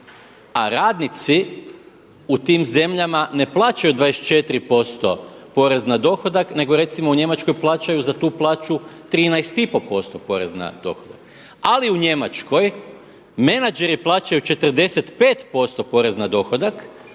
a radnici u tim zemljama ne plaćaju 24% porez na dohodak, nego recimo u Njemačkoj plaćaju za tu plaću 13,5% porez na dohodak. Ali u Njemačkoj menadžeri plaćaju 45% porez na dohodak